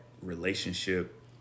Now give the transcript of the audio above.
relationship